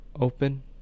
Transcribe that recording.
open